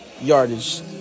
yardage